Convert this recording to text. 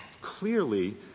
clearly